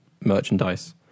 merchandise